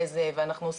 אנחנו לא